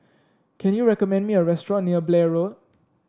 can you recommend me a restaurant near Blair Road